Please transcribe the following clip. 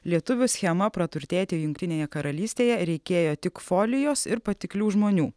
lietuvių schema praturtėti jungtinėje karalystėje reikėjo tik folijos ir patiklių žmonių